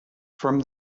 from